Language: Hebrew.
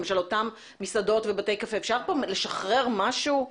למשל אותם בתי קפה ומסעדות, אפשר לשחרר משהו?